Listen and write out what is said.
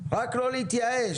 רק לא להתייאש.